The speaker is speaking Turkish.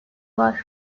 var